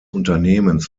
unternehmens